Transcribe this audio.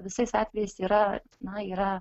visais atvejais yra na yra